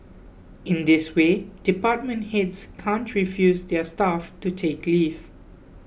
in this way department heads can't refuse their staff to take leave